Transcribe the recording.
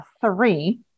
three